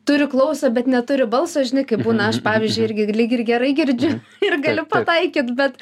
turi klausą bet neturi balso žinai kaip būna aš pavyzdžiui irgi lyg ir gerai girdžiu ir galiu pataikyt bet